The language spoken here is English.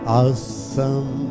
awesome